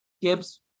Gibbs